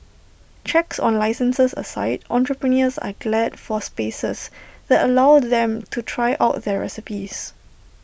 checks on licences aside entrepreneurs are glad for spaces that allow them to try out their recipes